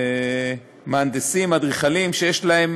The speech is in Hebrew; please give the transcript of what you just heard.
מהנדסים, אדריכלים, שיש להם